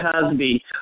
Cosby